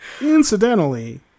Incidentally